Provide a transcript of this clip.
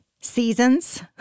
seasons